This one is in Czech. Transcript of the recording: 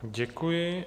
Děkuji.